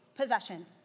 possession